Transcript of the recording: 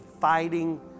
fighting